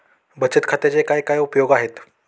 बचत खात्याचे काय काय उपयोग आहेत?